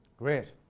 great.